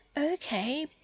Okay